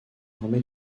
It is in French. armé